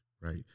right